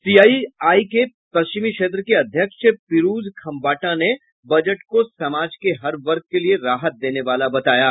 CII के पश्चिमी क्षेत्र के अध्यक्ष पिरूज खम्बाटा ने बजट को समाज के हर वर्ग के लिए राहत देने वाला बताया है